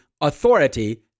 authority